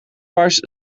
wars